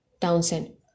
Townsend